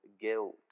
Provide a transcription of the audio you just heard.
guilt